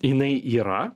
jinai yra